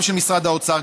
גם של משרד האוצר,